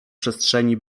przestrzeni